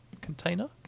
container